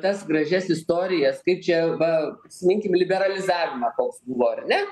tas gražias istorijas kaip čia va siminkim liberalizavimą koks buvo ar ne